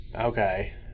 Okay